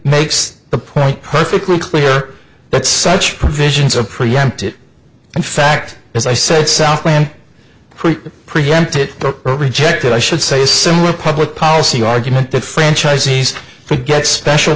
makes the point perfectly clear that such provisions are preempted in fact as i said southland pre empted the rejected i should say similar public policy argument that franchisees forget special